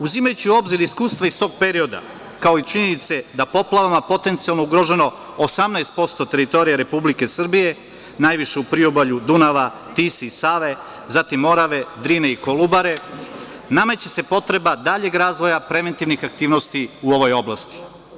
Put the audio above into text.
Uzimajući u obzir iskustva iz tog perioda, kao i činjenice da je poplavama potencijalno ugroženo 18% teritorije Republike Srbije, najviše u priobalju Dunava, Tise, Save, zatim Morave, Drine i Kolubare, nameće se potreba daljeg razvoja preventivnih aktivnosti u ovoj oblasti.